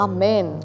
Amen